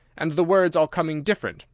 and the words all coming different,